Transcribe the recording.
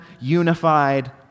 unified